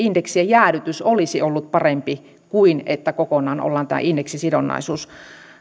indeksien jäädytys olisi ollut parempi kuin se että kokonaan ollaan tämä indeksisidonnaisuus